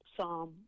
psalm